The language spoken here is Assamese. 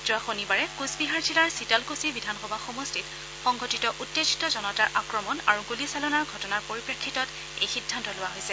যোৱা শনিবাৰে কোচবিহাৰ জিলাৰ চিতালকুছি বিধানসভা সমষ্টিত সংঘটিত উভেজিত জনতাৰ আক্ৰমণ আৰু গুলীচালনাৰ ঘটনাৰ পৰিপ্ৰেফ্ফিতত এই সিদ্ধান্ত লোৱা হৈছে